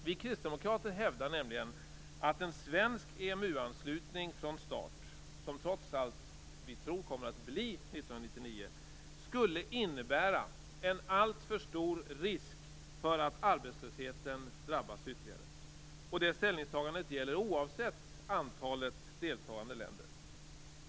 Vi kristdemokrater hävdar nämligen att en svensk EMU-anslutning från start, trots allt tror vi att starten blir 1999, skulle innebära en alltför stor risk för att arbetslösheten ytterligare drabbas. Det ställningstagandet gäller oavsett antalet deltagande länder.